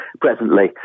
presently